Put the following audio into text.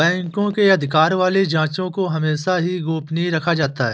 बैंकों के अधिकार वाली जांचों को हमेशा ही गोपनीय रखा जाता है